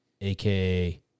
AKA